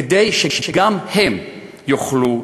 כדי שגם הם יוכלו,